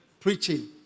preaching